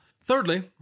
Thirdly